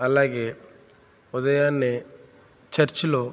అలాగే ఉదయాన్నే చర్చిలో